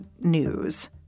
news